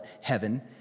heaven